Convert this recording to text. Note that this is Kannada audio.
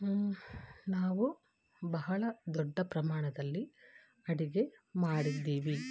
ನಾವು ಬಹಳ ದೊಡ್ಡ ಪ್ರಮಾಣದಲ್ಲಿ ಅಡಿಗೆ ಮಾಡಿದ್ದೀವಿ